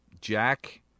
Jack